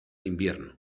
invierno